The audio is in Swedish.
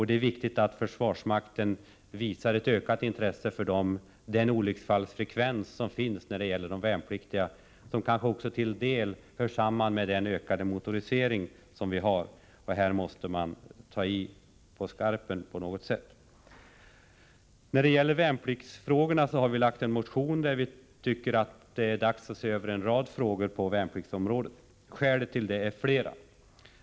Det är viktigt att försvarsmakten visar ökat intresse för den olycksfallsfrekvens som finns när det gäller de värnpliktiga. Detta kanske till en del hör samman med den ökade motoriseringen. Här måste man på något sätt ta i på skarpen. När det gäller värnpliktsfrågorna har vi i en motion sagt att det är dags att se över en rad frågor på värnpliktsområdet. Skälen till detta är flera.